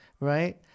right